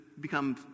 become